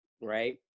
Right